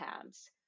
tabs